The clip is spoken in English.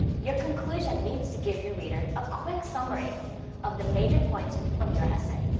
your conclusion needs to give your reader a quick summary of the major points from your essay.